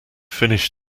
finished